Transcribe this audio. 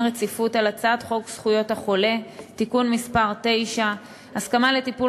רציפות על הצעת חוק זכויות החולה (תיקון מס' 9) (הסכמה לטיפול